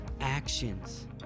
actions